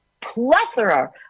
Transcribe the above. plethora